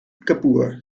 kapoor